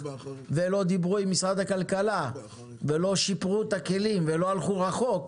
שלא דיברו עם משרד הכלכלה ולא שיפרו את הכלים ולא הלכו רחוק.